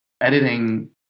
editing